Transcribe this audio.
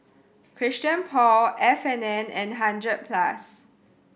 Christian Paul F and N and Hundred Plus